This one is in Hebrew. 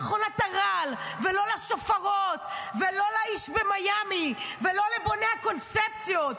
לא למכונת הרעל ולא לשופרות ולא לאיש במיאמי ולא לבוני הקונספציות,